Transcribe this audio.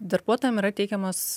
darbuotojam yra teikiamos